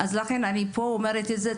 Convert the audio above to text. לכן אני אומרת את זה פה.